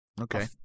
Okay